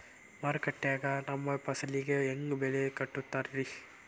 ಮಾರುಕಟ್ಟೆ ಗ ನಮ್ಮ ಫಸಲಿಗೆ ಹೆಂಗ್ ಬೆಲೆ ಕಟ್ಟುತ್ತಾರ ರಿ?